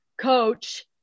coach